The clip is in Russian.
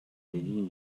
середине